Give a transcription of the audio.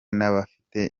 n’abafite